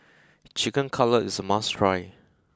chicken cutlet is a must try